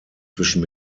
zwischen